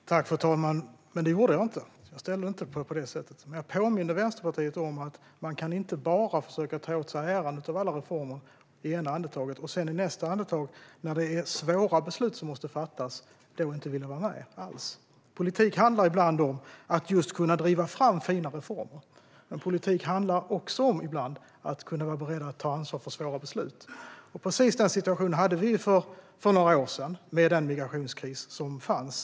Fru talman! Nu var det inte detta jag gjorde. Jag ställde inte grupper mot varandra på det sättet. Men jag påminde Vänsterpartiet om att man inte kan ta åt sig äran för alla reformer i ena andetaget för att i nästa andetag inte vilja vara med alls när det är svåra beslut som måste fattas. Politik handlar ibland om att driva fram fina reformer. Men politik handlar också om att ibland vara beredd att ta ansvar för svåra beslut. Precis den situationen hade vi för några år sedan med den migrationskris som fanns.